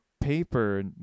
paper